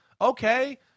okay